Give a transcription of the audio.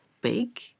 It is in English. big